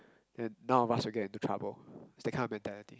then none of us will get into trouble that kind of mentality